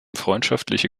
freundschaftliche